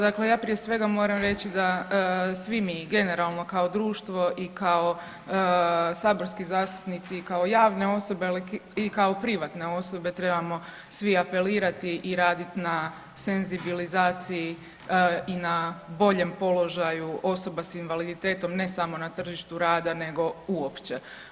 Dakle, ja prije svega moram reći da svi mi generalno kao društvo i kao saborski zastupnici i kao javne osobe i kao privatne osobe trebamo svi apelirati i raditi na senzibilizaciji i na boljem položaju osoba s invaliditetom ne samo na tržištu rada nego uopće.